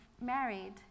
married